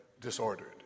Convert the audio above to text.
disordered